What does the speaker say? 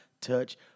touch